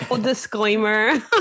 disclaimer